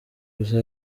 gusa